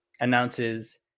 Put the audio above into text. announces